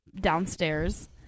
downstairs